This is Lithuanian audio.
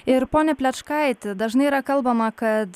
ir pone plečkaiti dažnai yra kalbama kad